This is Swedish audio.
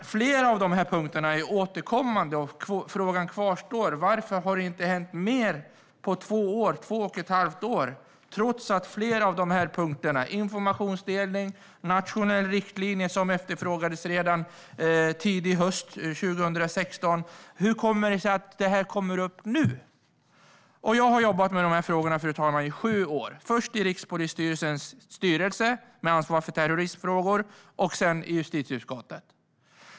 Flera av de här punkterna är återkommande, och frågan kvarstår: Varför har det inte hänt mer på två och ett halvt år, trots att informationsdelning och en nationell riktlinje efterfrågades redan tidig höst 2016? Hur kommer det sig att detta kommer upp nu? Jag har jobbat med de här frågorna i sju år, fru talman, först i Rikspolisstyrelsens styrelse med ansvar för terroristfrågor och sedan i justitieutskottet.